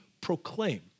proclaim